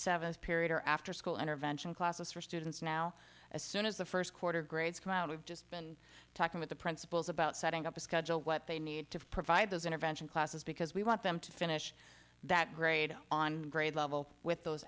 seven period or after school intervention classes for students now as soon as the first quarter grades come out we've just been talking with the principals about setting up a schedule what they need to provide those intervention classes because we want them to finish that grade on grade level with those